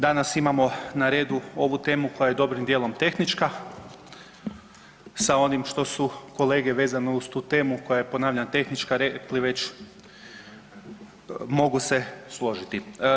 Danas imamo na redu ovu temu koja je dobrim dijelom tehnička sa onim što su kolege vezano uz tu temu, koja je ponavljam tehnička, rekli već mogu se složiti.